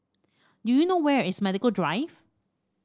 do you know where is Medical Drive